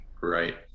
Right